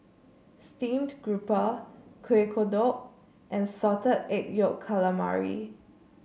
Steamed Grouper Kueh Kodok and Salted Egg Yolk Calamari